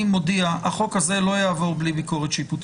אני מודיע שהחוק הזה לא יעבור בלי ביקורת שיפוטית.